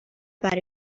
برای